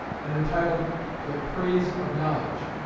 and entitled the praise of knowledge.